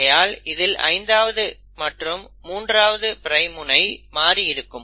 ஆகையால் இதில் 5ஆவது மற்றும் 3ஆவது பிரைம் முனை மாறி இருக்கும்